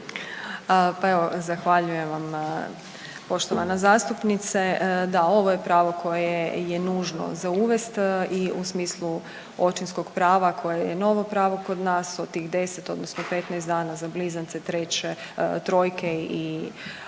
Pa evo zahvaljujem vam na poštovana zastupnice, da ovo je pravo koje je nužno za uvesti i u smislu očinskog prava koje je novo pravo kod nas od tih 10 odnosno 15 dana za blizance, treće, trojke i